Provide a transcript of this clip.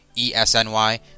E-S-N-Y